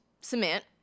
cement